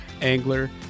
angler